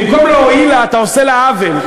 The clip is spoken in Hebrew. במקום להועיל לה אתה עושה לה עוול.